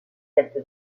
cette